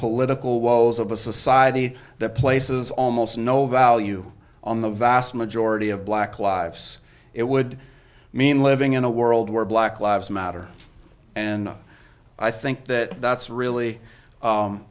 political walls of a society that places almost no value on the vast majority of black lives it would mean living in a world where black labs matter and i think that that's really